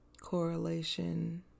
correlation